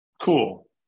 cool